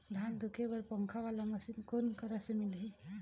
धान धुके बर पंखा वाला मशीन कोन करा से मिलही?